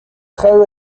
traoù